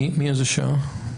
מאיזה שעה?